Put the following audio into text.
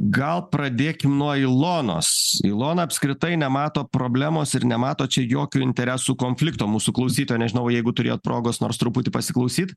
gal pradėkim nuo ilonos ilona apskritai nemato problemos ir nemato čia jokio interesų konflikto mūsų klausytoja nežinau jeigu turėjot progos nors truputį pasiklausyt